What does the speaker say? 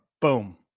Boom